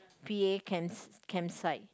p_a camps~ campsite